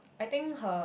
I think her